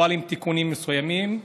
אבל עם תיקונים מסוימים.